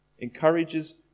encourages